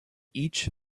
each